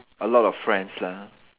a lot of friends lah